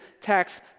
tax